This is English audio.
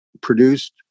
produced